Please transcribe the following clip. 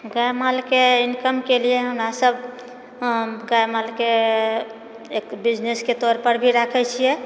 गायमालके इन्कमके लिए हमरासभ गायमालके एक बिजनेसके तौर पर भी राखए छिऐ